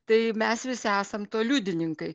tai mes visi esam to liudininkai